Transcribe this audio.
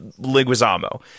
Liguizamo